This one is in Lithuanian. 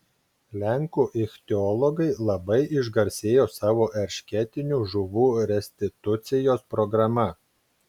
lenkų ichtiologai labai išgarsėjo savo eršketinių žuvų restitucijos programa